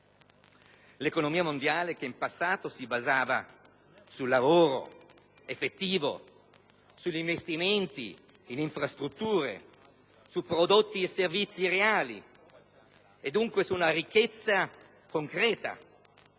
L'economia mondiale, che in passato si basava sul lavoro effettivo, sugli investimenti in infrastrutture, su prodotti e servizi reali, dunque su una ricchezza concreta,